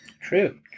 true